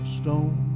stone